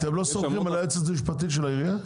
אתם לא סומכים על היועצת המשפטית של העירייה?